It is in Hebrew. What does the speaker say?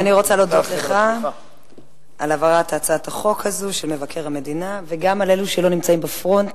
אני רוצה להודות לך על העברת הצעת החוק הזאת וגם לאלה שלא נמצאים בפרונט